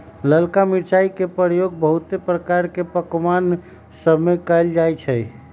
ललका मिरचाई के प्रयोग बहुते प्रकार के पकमान सभमें कएल जाइ छइ